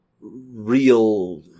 real